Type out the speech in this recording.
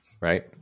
Right